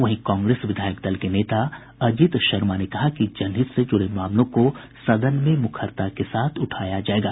वहीं कांग्रेस विधायक दल के नेता अजीत शर्मा ने कहा है कि जनहित से जुड़े मामलों को सदन में मुखरता के साथ उठाया जायेगा